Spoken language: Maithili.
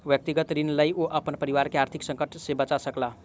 व्यक्तिगत ऋण लय के ओ अपन परिवार के आर्थिक संकट से बचा सकला